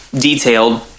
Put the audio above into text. detailed